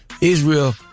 Israel